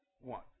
one